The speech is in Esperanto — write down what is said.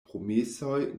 promesoj